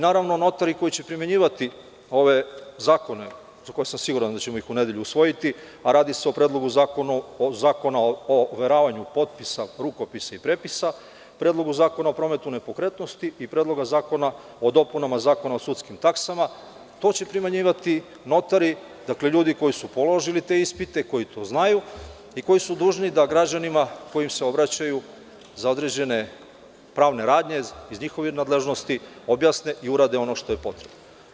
Naravno, notari koji će primenjivati ove zakone za koje sam siguran da ćemo ih u nedelju usvojiti, a radi se o Predlogu zakona o overavanju potpisa, rukopisa i prepisa, Predlogu zakona o prometu nepokretnosti i Predloga zakona o dopunama Zakona o sudskim taksama, to će primenjivati notari, dakle, ljudi koji su položili te ispite, koji to znaju i koji su dužni da građanima kojim se obraćaju za određene pravne radnje iz njihovih nadležnosti objasne i urade ono što je potrebno.